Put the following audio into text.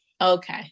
Okay